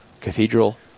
Cathedral